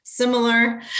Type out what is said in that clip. Similar